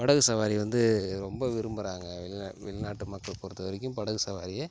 படகு சவாரி வந்து ரொம்ப விரும்புகிறாங்க வெளிநா வெளிநாட்டு மக்கள் பொறுத்த வரைக்கும் படகு சவாரியை